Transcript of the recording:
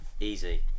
easy